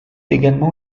également